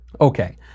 okay